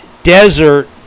Desert